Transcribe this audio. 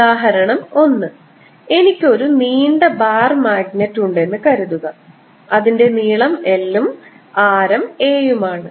ഉദാഹരണം ഒന്ന് എനിക്ക് ഒരു നീണ്ട ബാർ മാഗ്നറ്റ് ഉണ്ടെന്ന് കരുതുക അതിന്റെ നീളം L ഉം ആരം a യും ആണ്